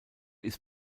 ist